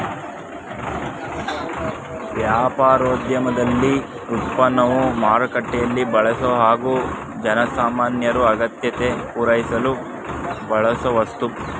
ವ್ಯಾಪಾರೋದ್ಯಮದಲ್ಲಿ ಉತ್ಪನ್ನವು ಮಾರುಕಟ್ಟೆಲೀ ಬಳಸೊ ಹಾಗು ಜನಸಾಮಾನ್ಯರ ಅಗತ್ಯತೆ ಪೂರೈಸಲು ಬಳಸೋವಸ್ತು